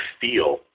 feel